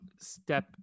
step